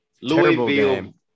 Louisville –